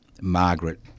Margaret